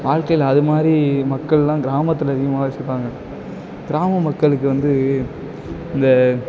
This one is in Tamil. வாழ்க்கையில் அது மாதிரி மக்கள்லாம் கிராமத்தில் அதிகமாக வசிப்பாங்கள் கிராம மக்களுக்கு வந்து இந்த